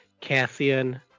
Cassian